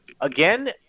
Again